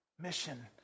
mission